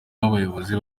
n’abayobozi